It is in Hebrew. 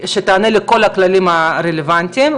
ושתענה לכל הכללים הרלוונטיים,